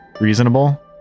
reasonable